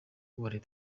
ubumwe